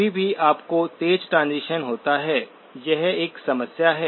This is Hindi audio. कभी भी आपको तेज ट्रांजीशन होता है यह एक समस्या है